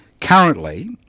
currently